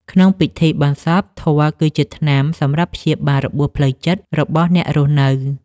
ក្នុងពិធីបុណ្យសព ធម៌គឺជាថ្នាំសម្រាប់ព្យាបាលរបួសផ្លូវចិត្តរបស់អ្នករស់នៅ។